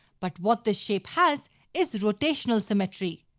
but what the shape has is rotational symmetry.